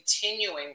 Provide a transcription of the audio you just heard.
continuing